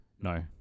No